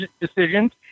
decisions